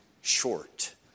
short